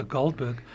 Goldberg